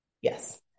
Yes